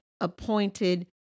appointed